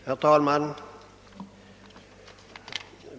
Herr talman!